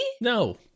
No